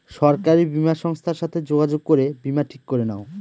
সরকারি বীমা সংস্থার সাথে যোগাযোগ করে বীমা ঠিক করে নাও